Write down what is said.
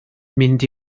mynd